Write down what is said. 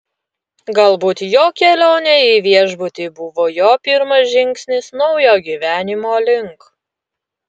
galbūt jo kelionė į viešbutį buvo jo pirmas žingsnis naujo gyvenimo link